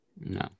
No